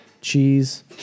cheese